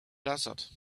desert